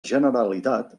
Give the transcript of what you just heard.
generalitat